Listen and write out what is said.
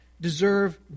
deserve